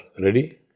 ready